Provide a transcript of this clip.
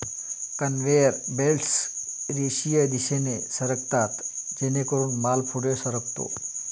conveyor belts रेषीय दिशेने सरकतात जेणेकरून माल पुढे सरकतो